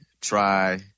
try